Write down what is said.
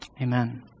Amen